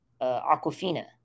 Aquafina